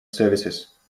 services